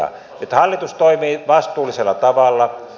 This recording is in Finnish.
nyt hallitus toimii vastuullisella tavalla